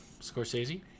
scorsese